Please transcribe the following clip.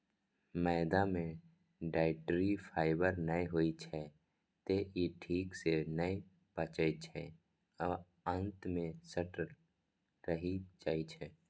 मैदा मे dietary fibre नै होइ छै, तें ई ठीक सं नै पचै छै आ आंत मे सटल रहि जाइ छै